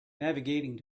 navigating